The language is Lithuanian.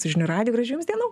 su žinių radiju gražių jums dienų